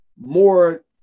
more